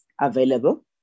available